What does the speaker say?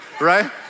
right